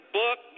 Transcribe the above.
book